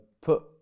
put